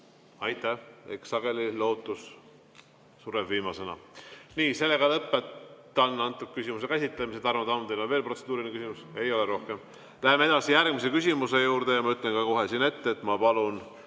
Aitäh! Eks sageli lootus sureb viimasena. Nii, ma lõpetan selle küsimuse käsitlemise. Tarmo Tamm, kas teil on veel protseduuriline küsimus? Ei ole rohkem. Läheme edasi järgmise küsimuse juurde ja ma ütlen kohe ette, et ma palun